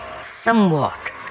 somewhat